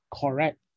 correct